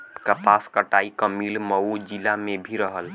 कपास कटाई क मिल मऊ जिला में भी रहल